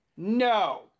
No